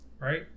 Right